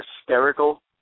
hysterical